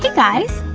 guys!